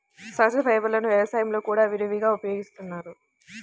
సహజ ఫైబర్లను వ్యవసాయంలో కూడా విరివిగా ఉపయోగిస్తారు